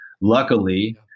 Luckily